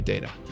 data